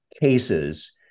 cases